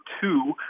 two